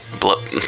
blow